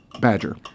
badger